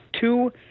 two